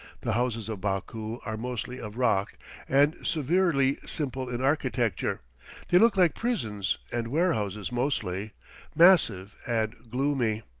the houses of baku are mostly of rock and severely simple in architecture they look like prisons and warehouses mostly massive and gloomy.